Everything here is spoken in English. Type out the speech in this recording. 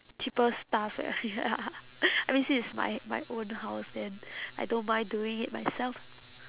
cheaper stuff ah ya I mean since it's my my own house then I don't mind doing it myself